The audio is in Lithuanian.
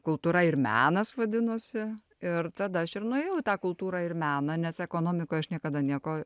kultūra ir menas vadinosi ir tada aš ir nuėjau į tą kultūrą ir meną nes ekonomikoj aš niekada nieko